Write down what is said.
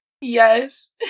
Yes